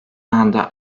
anda